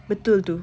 betul itu